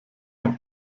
ein